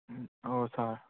ꯎꯝ ꯑꯍꯣꯏ ꯁꯥꯔ